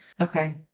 Okay